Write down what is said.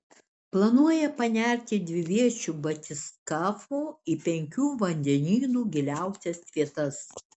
planuoja panerti dviviečiu batiskafu į penkių vandenynų giliausias vietas